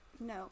No